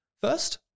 First